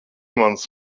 mans